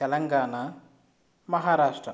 Telangana Maharashtra